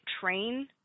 train